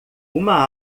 uma